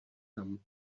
tam